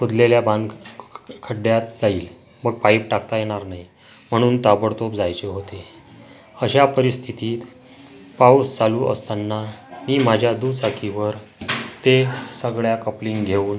खोदलेल्या बांध खड्ड्यात जाईल व पाईप टाकता येणार नाही म्हणून ताबडतोब जायचे होते अशा परिस्थितीत पाऊस चालू असताना मी माझ्या दुचाकीवर ते सगळ्या कप्लिंग घेऊन